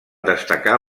destacar